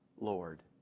Lord